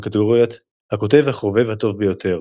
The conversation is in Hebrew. בקטגוריית "הכותב החובב הטוב ביותר".